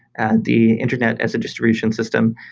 and the internet as a distribution system,